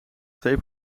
twee